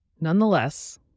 Nonetheless